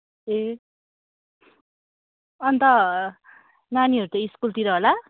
ए अन्त नानीहरू त स्कुलतिर होला